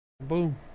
Boom